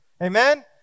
Amen